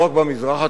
לא רק במזרח התיכון,